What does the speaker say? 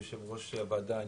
יושב ראש הוועדה,